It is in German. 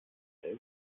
elf